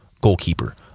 goalkeeper